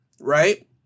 Right